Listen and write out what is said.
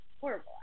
horrible